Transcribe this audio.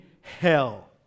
hell